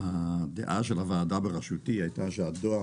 הדעה של הוועדה בראשותי הייתה שהדואר